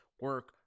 Work